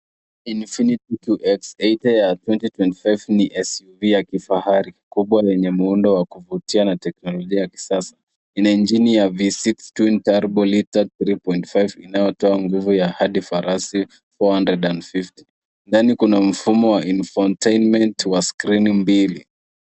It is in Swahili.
Infinity 2X80 ya 2025 ni SUV la kifahari, kubwa lenye muundo wa kuvutia na teknolojia ya kisasa. Ina injini ya V6 twin turbo lita 3.5 inayotoa nguvu ya hadi farasi 450. Ndani kuna mfumo wa infotainment wa skrini mbili.